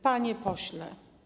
Panie Pośle!